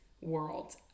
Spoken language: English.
world